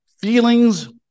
Feelings